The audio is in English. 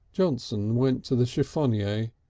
johnson went to the chiffonier,